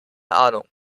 ahnung